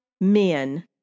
men